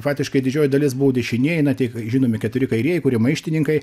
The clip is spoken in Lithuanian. fatiškai didžioji dalis buvo dešinieji na tik žinomi keturi kairieji kurie maištininkai